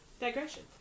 Digression